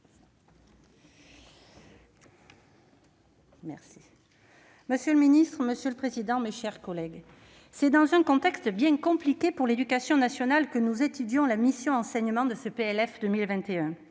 Monier. Monsieur le président, monsieur le ministre, mes chers collègues, c'est dans un contexte bien compliqué pour l'éducation nationale que nous étudions la mission « Enseignement scolaire